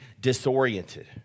disoriented